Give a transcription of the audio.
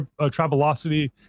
Travelocity